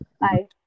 Bye